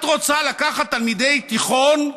את רוצה לקחת תלמידי תיכון,